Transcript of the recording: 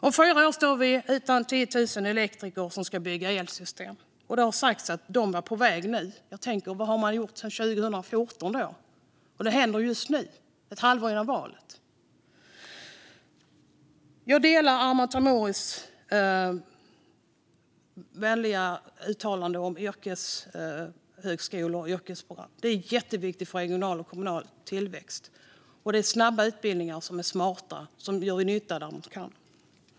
Om fyra år kommer vi att sakna 10 000 elektriker som ska bygga elsystem. Det har sagts att dessa är på väg nu. Jag undrar vad man har gjort sedan 2014 när detta händer just nu - ett halvår före valet. Jag delar Arman Teimouris vänliga uttalande om yrkeshögskolor och yrkesprogram. De är jätteviktiga för regional och kommunal tillväxt. Det är snabba och smarta utbildningar som gör nytta där de kan.